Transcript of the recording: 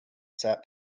sap